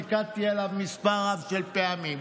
פיקדתי עליו מספר רב של פעמים,